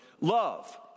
Love